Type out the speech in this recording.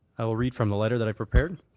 i will read from the letter that i prepared.